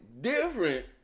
different